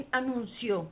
anunció